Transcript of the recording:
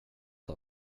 han